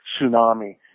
tsunami